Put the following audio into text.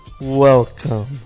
welcome